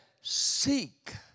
Seek